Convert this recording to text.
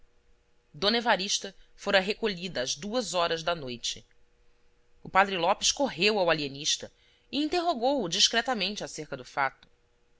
d evarista fora recolhida às duas horas da noite o padre lopes correu ao alienista e interrogou-o discretamente acerca do fato